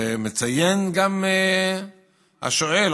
ומציין גם השואל,